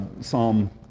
Psalm